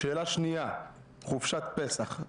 שאלה שנייה - חופשת פסח,